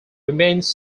remains